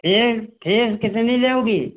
fees fees कितनी लोगी